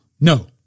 No